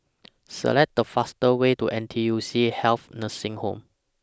Select The fastest Way to N T U C Health Nursing Home